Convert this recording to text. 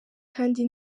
kandi